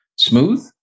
Smooth